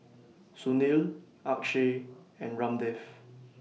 Sunil Akshay and Ramdev